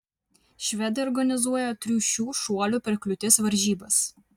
švedai organizuoja triušių šuolių per kliūtis varžybas